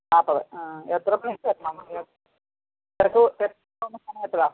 നാൽപ്പത് ആ എത്ര സമയം കഴിഞ്ഞിട്ട് വരണം എ തിരക്ക് തിരക്കൊന്നും എത്ര